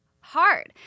hard